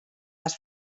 las